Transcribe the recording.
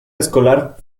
escolar